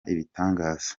ibitangaza